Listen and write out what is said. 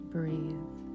Breathe